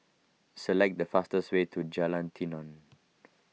select the fastest way to Jalan Tenon